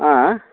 ହଁ